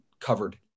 covered